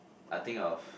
I think of